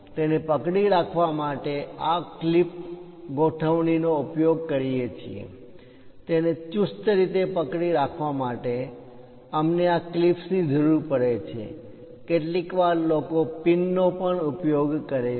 તેને પકડી રાખવા માટે અમે આ ક્લિપ ગોઠવણી નો ઉપયોગ કરીએ છીએ તેને ચુસ્ત રીતે પકડી રાખવા માટે અમને આ ક્લિપ્સની જરૂર પડે છે કેટલીક વાર લોકો પિન નો પણ ઉપયોગ કરે છે